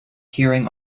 hearing